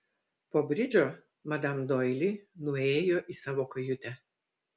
po bridžo madam doili nuėjo į savo kajutę